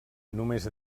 només